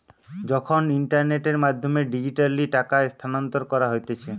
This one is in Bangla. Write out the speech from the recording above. যখন ইন্টারনেটের মাধ্যমে ডিজিটালি টাকা স্থানান্তর করা হতিছে